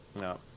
No